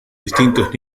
distintos